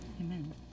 amen